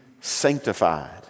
sanctified